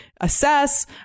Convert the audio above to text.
assess